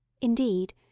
Indeed